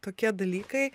tokie dalykai